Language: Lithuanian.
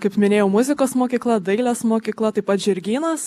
kaip minėjau muzikos mokykla dailės mokykla taip pat žirgynas